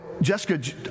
Jessica